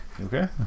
Okay